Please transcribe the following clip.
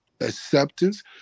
acceptance